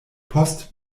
post